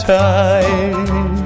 time